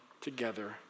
together